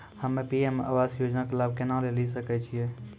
हम्मे पी.एम आवास योजना के लाभ केना लेली सकै छियै?